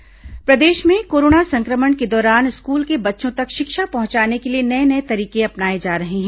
school इन ऑडियो प्रदेश में कोरोना संक्रमण के दौरान स्कूल के बच्चों तक शिक्षा पहुंचाने के लिए नये नये तरीके अपनाए जा रहे हैं